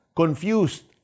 confused